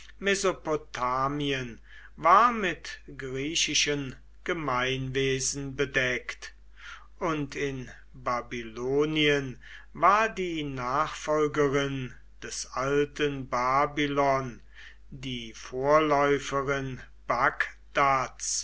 mesopotamien war mit griechischen gemeinwesen bedeckt und in babylonien war die nachfolgerin des alten babylon die vorläuferin bagdads